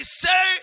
say